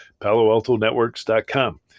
paloaltonetworks.com